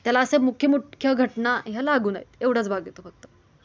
त्याला असे मुख्य मुख्य घटना ह्या लागून आहे एवढाच भाग येतो फक्त